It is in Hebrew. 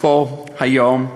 פה היום,